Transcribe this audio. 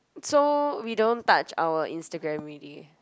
so we don't touch our Instagram ready